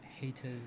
haters